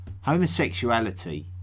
homosexuality